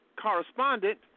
correspondent